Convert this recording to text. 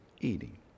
eating